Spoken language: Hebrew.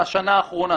מהשנה האחרונה,